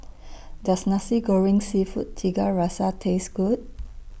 Does Nasi Goreng Seafood Tiga Rasa Taste Good